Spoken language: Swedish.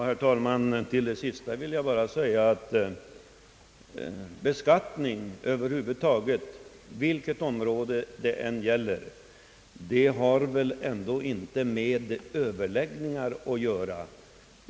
Herr talman! Till herr Sundin vill jag bara säga, att det ofta händer att vi är överens om målet och slutresultatet.